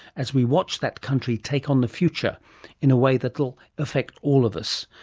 as we watch that country take on the future in a way that will affect all of us.